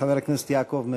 חבר הכנסת יעקב מרגי.